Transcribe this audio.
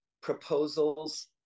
proposals